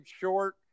short